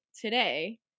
today